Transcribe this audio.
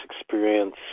experience